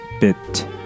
Bit